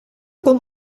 kon